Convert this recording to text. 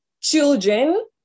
children